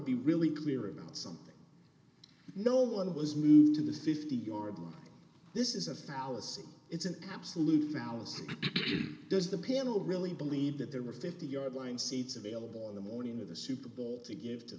be really clear about something no one was moved to the fifty yard line this is a fallacy it's an absolute fallacy does the panel really believe that there were fifty yard line seats available on the morning of the super bowl to give to